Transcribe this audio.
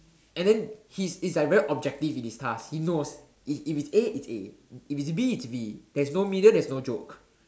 and then he's he's like very objective in his task he knows if if it's A it's A if it's B it's B there's no middle there's no joke